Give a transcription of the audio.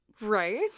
right